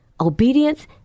obedience